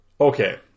Okay